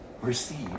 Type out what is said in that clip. receive